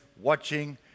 watching